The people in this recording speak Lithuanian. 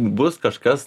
bus kažkas